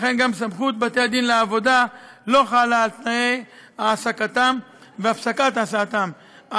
לכן גם סמכות בתי-הדין לעבודה לא חלה על תנאי העסקתם והפסקת העסקתם.